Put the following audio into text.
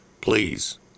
Please